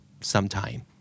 sometime